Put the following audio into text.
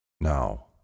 Now